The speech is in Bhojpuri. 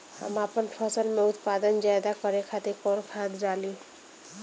हम आपन फसल में उत्पादन ज्यदा करे खातिर कौन खाद डाली?